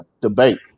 debate